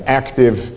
active